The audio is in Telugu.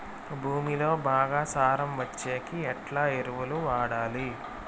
భూమిలో బాగా సారం వచ్చేకి ఎట్లా ఎరువులు వాడాలి?